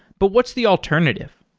but what's the alternative?